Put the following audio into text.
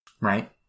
Right